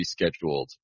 rescheduled